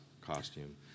costume